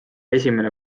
esimene